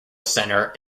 centre